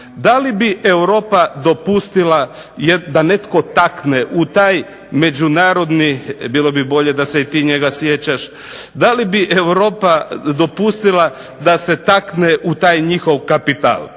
Da li bi Europa dopustila da netko takne u taj međunarodni. Bilo bi bolje da se i ti njega sjećaš! Da li bi Europa dopustila da se takne u taj njihov kapital